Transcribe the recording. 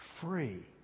free